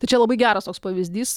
tai čia labai geras toks pavyzdys